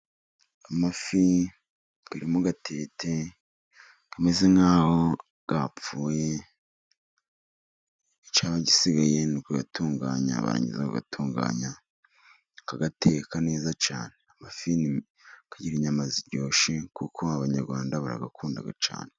Amafi yari mu gatete ameze nkaho yapfuye icyaba gisigaye nukuyatunganya, barangiza kuyatunganya bakayateka neza cyane. Amafii agira inyama ziryoshye kuko abanyarwanda barayakunda cyane.